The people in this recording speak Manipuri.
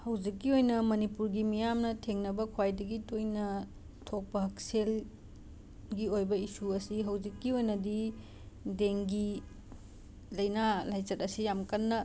ꯍꯧꯖꯤꯛꯀꯤ ꯑꯣꯏꯅ ꯃꯅꯤꯄꯨꯔꯒꯤ ꯃꯤꯌꯥꯝꯅ ꯊꯦꯡꯅꯕ ꯈ꯭ꯋꯥꯏꯗꯒꯤ ꯇꯣꯏꯅ ꯊꯣꯛꯄ ꯍꯛꯁꯦꯜ ꯒꯤ ꯑꯣꯏꯕ ꯏꯁꯨ ꯑꯁꯤ ꯍꯧꯖꯤꯛꯀꯤ ꯑꯣꯏꯅꯗꯤ ꯗꯦꯡꯒꯤ ꯂꯩꯅꯥ ꯂꯥꯏꯆꯠ ꯑꯁꯤ ꯌꯥꯝ ꯀꯟꯅ